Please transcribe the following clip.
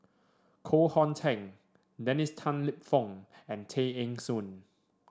Koh Hong Teng Dennis Tan Lip Fong and Tay Eng Soon